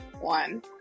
one